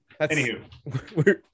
anywho